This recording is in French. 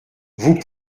vous